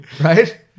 right